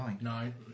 Nine